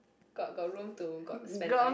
got got room to got spend time